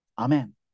Amen